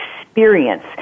experience